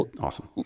awesome